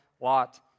lot